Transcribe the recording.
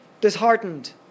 disheartened